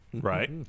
Right